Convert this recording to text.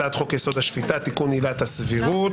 הצעת חוק-יסוד: השפיטה (תיקון עילת הסבירות).